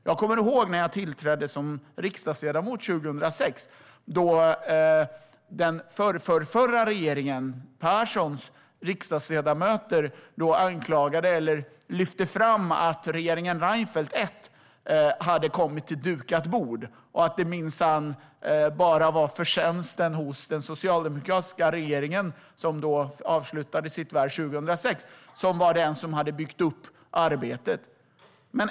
Jag kommer ihåg när jag tillträdde som riksdagsledamot 2006 och den förrförrförra regeringen Perssons riksdagsledamöter lyfte fram att regeringen Reinfeldt hade kommit till dukat bord och att det minsann bara var den socialdemokratiska regeringen, som avslutade sitt värv 2006, som hade byggt upp arbetet.